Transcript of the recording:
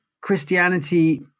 Christianity